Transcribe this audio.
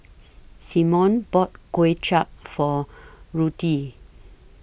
Symone bought Kway Chap For Ruthie